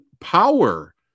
power